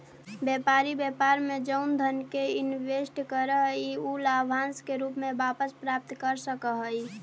व्यापारी व्यापार में जउन धन के इनवेस्ट करऽ हई उ लाभांश के रूप में वापस प्राप्त कर सकऽ हई